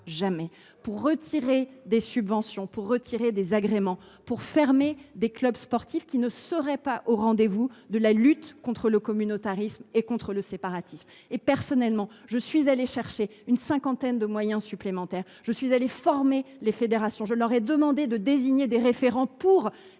jamais pour retirer des subventions, des agréments, ni pour fermer des clubs sportifs qui ne seraient pas au rendez vous de la lutte contre le communautarisme et contre le séparatisme. Je suis personnellement allée chercher une cinquantaine de moyens supplémentaires. J’ai formé les fédérations et je leur ai demandé de désigner des référents pour